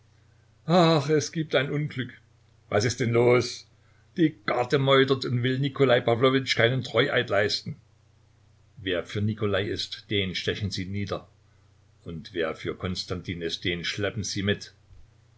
ach es gibt ein unglück was ist denn los die garde meutert und will nikolai pawlowitsch keinen treueid leisten wer für nikolai ist den stechen sie nieder und wer für konstantin ist den schleppen sie mit